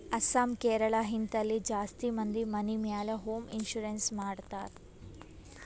ಅಸ್ಸಾಂ, ಕೇರಳ, ಹಿಂತಲ್ಲಿ ಜಾಸ್ತಿ ಮಂದಿ ಮನಿ ಮ್ಯಾಲ ಹೋಂ ಇನ್ಸೂರೆನ್ಸ್ ಮಾಡ್ತಾರ್